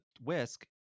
whisk